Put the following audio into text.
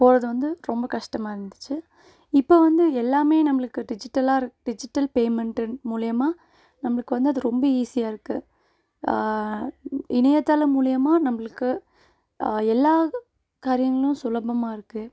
போகிறது வந்து ரொம்ப கஷ்டமாக இருந்துச்சு இப்போ வந்து எல்லாமே நம்மளுக்கு டிஜிட்டலாக இரு டிஜிட்டல் பேமெண்ட் மூலயமா நம்மளுக்கு வந்து அது ரொம்ப ஈஸியாக இருக்குது இணையதளம் மூலயமா நம்மளுக்கு எல்லா காரியங்களும் சுலபமாக இருக்குது